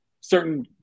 certain